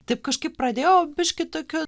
taip kažkaip pradėjau biškį tokiu